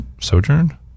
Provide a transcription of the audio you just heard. sojourn